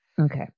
Okay